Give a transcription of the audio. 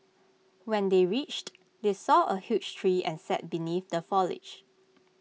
when they reached they saw A huge tree and sat beneath the foliage